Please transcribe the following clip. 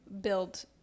build